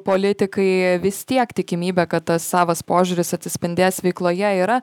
politikai vis tiek tikimybė kad tas savas požiūris atsispindės veikloje yra